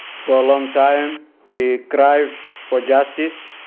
for a long time we cry for justice,